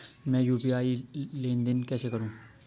मैं यू.पी.आई लेनदेन कैसे करूँ?